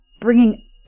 bringing